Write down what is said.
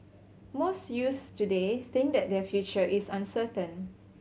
most youths today think that their future is uncertain